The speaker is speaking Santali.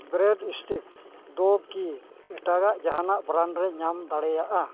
ᱵᱨᱮᱰ ᱥᱴᱤᱠᱥ ᱫᱚᱠᱤ ᱮᱴᱟᱜ ᱡᱟᱦᱟᱱᱟᱜ ᱵᱨᱟᱱᱰ ᱨᱮ ᱧᱟᱢ ᱫᱟᱲᱮᱭᱟᱜᱼᱟ